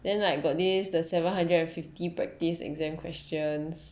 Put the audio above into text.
then like got this the seven hundred and fifty practice exam questions